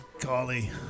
golly